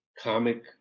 comic